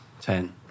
Ten